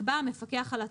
יקבע המפקח על התעבורה,